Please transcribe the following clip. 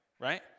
right